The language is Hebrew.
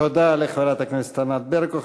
תודה לחברת הכנסת ענת ברקו.